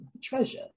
treasure